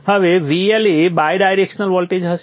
હવે VL એ bidirectional voltage હશે